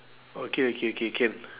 okay okay okay can